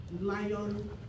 lion